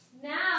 Now